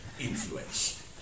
influence